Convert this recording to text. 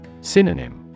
Synonym